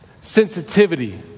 sensitivity